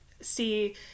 See